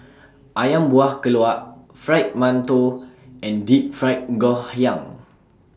Ayam Buah Keluak Fried mantou and Deep Fried Ngoh Hiang